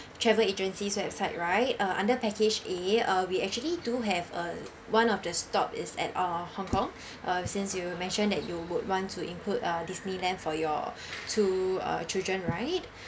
travel agency's website right uh under package A uh we actually do have uh one of the stop is at uh Hong-Kong uh since you mentioned that you would want to include uh disneyland for your two uh children right